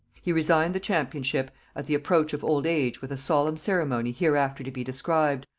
he resigned the championship at the approach of old age with a solemn ceremony hereafter to be described,